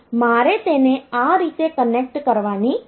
મારે તેને આ રીતે કનેક્ટ કરવાની જરૂર છે